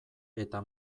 eta